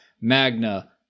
magna